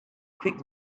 quick